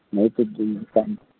नहीं तो